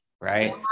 right